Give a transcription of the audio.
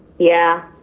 yeah.